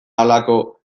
halako